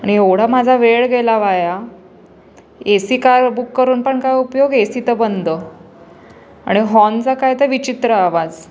आणि एवढा माझा वेळ गेला वाया ए सी कार बुक करून पण काय उपयोग ए सी तर बंद आणि हॉर्नचा काय तर विचित्र आवाज